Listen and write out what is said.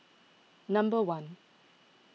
number one